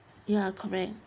ya correct ya